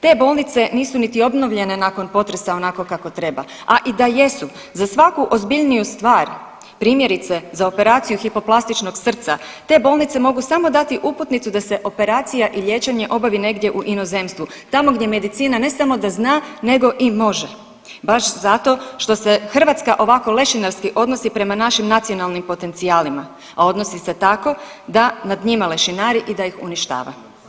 Te bolnice nisu niti obnovljene nakon potresa onako kako treba, a i da jesu za svaku ozbiljniju stvar primjerice za operaciju hipoplastičnog srca te bolnice mogu samo dati uputnicu da se operacija i liječenje obavi negdje u inozemstvu, tamo gdje medicina ne samo da zna, nego i može baš zato što se Hrvatska ovako lešinarski odnosi prema našim nacionalnim potencijalima, a odnosi se tako da nad njima lešinari i da ih uništava.